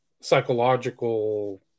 psychological